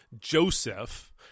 Joseph